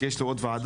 כי יש לי עוד ועדה.